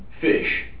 fish